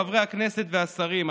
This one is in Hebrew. חברי הכנסת והשרים,